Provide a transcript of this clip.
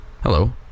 Hello